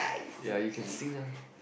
ya you can sing ah